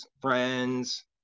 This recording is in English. friends